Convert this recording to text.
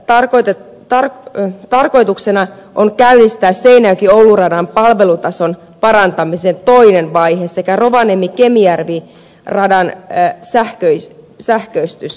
ensi vuonna tarkoituksena on käynnistää seinäjokioulu radan palvelutason parantamisen toinen vaihe sekä rovaniemikemijärvi radan sähköistys